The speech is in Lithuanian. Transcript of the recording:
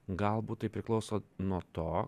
galbūt tai priklauso nuo to